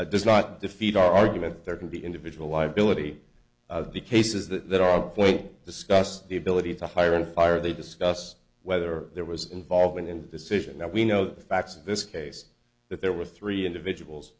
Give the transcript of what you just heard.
does not defeat our argument there can be individual liability of the cases that are discussed the ability to hire and fire they discuss whether there was involvement in the decision that we know the facts of this case that there were three individuals